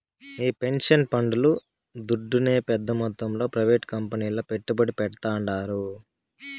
ఈ పెన్సన్ పండ్లు దుడ్డునే పెద్ద మొత్తంలో ప్రైవేట్ కంపెనీల్ల పెట్టుబడి పెడ్తాండారు